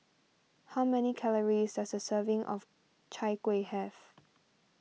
how many calories does a serving of Chai Kuih have